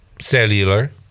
cellular